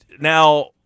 now